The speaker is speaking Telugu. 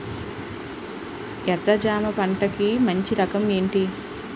ఎర్ర జమ పంట కి మంచి రకం ఏంటి?